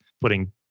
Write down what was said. putting